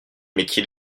métier